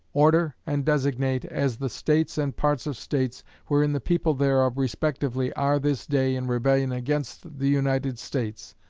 order and designate as the states and parts of states wherein the people thereof respectively are this day in rebellion against the united states,